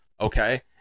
Okay